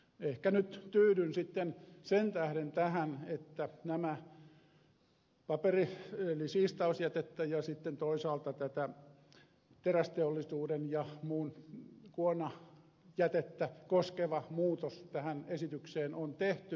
ehkä nyt tyydyn sitten sen tähden tähän että siistausjätettä ja sitten toisaalta terästeollisuuden ja muun kuonajätettä koskeva muutos tähän esitykseen on tehty järkevällä tavalla